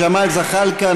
ג'מאל זחאלקה,